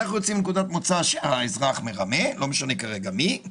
שהאזרח מרמה --- אבל